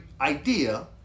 idea